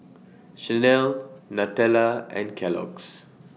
Chanel Nutella and Kellogg's